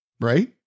right